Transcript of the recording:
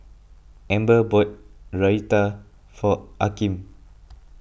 Amber bought Raita for Akeem